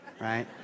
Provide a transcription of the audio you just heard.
Right